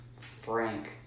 Frank